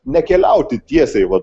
nekeliauti tiesiai va